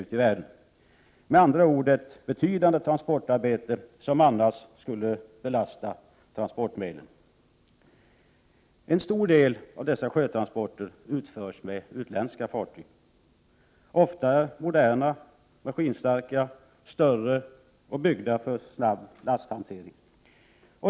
Det är med andra ord ett betydande transportarbete, som annars skulle belasta andra transportmedel. En stor del av dessa sjötransporter utförs med utländska fartyg, som ofta är moderna, maskinstarka, större och byggda för snabb lasthantering.